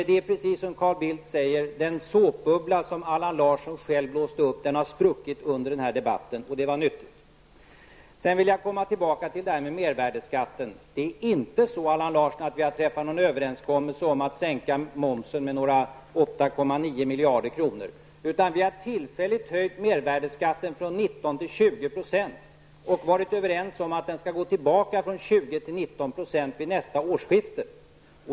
Det är precis som Carl Bildt säger: Den såpbubbla som Allan Larsson själv blåst upp har spruckit under denna debatt, och det var nyttigt. Sedan vill jag komma tillbaka till detta med mervärdeskatten. Det är inte så, Allan Larsson, att vi träffat en överenskommelse om att sänka momsen med några 8,9 miljarder kronor. Vi har tillfälligt höjt mervärdeskatten från 19 % till 20 % och varit överens om att den skall gå tillbaka från 20 % till 19 % vid nästa årsskifte.